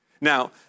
Now